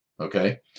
okay